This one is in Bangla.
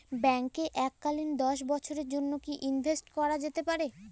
ব্যাঙ্কে এককালীন দশ বছরের জন্য কি ইনভেস্ট করা যেতে পারে?